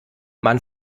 man